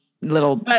little